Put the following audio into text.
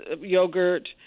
yogurt